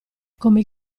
come